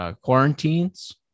quarantines